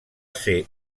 ser